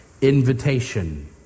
invitation